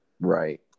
Right